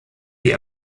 die